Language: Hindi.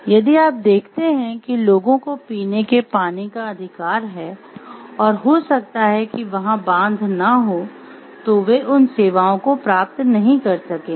यदि आप देखते हैं कि लोगों को पीने के पानी का अधिकार है और हो सकता है कि वहां बांध ना हो तो वे उन सेवाओं को प्राप्त नहीं कर सकेंगे